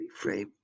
reframe